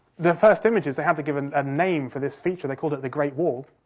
the first images, they had to give and a name for this feature, they called it the great wall.